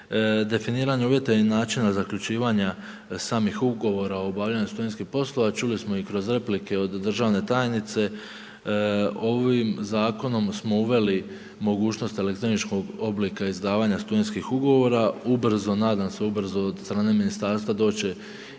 definiranja uvjeta i načina zaključivanja samih ugovora o obavljanju studentskih poslova čuli smo i kroz replike od državne tajnice ovim zakonom smo uveli mogućnost elektroničkog oblika izdavanja studentskih ugovora. Ubrzo, nadam se ubrzo od strane ministarstva doći